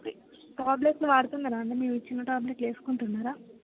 tablets వాడుతున్నారండి మేము ఇచ్చిన టాబ్లెట్స్ వేసుకుంటున్నారా